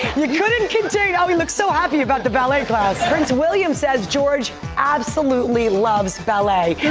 you couldn't contain oh, he looks so happy about the ballet class. prince william says george absolutely loves ballet.